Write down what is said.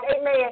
Amen